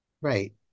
Right